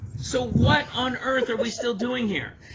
so what on earth are we still doing here